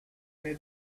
their